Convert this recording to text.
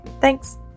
Thanks